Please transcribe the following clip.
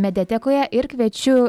mediatekoje ir kviečiu